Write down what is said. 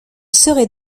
serait